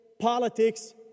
politics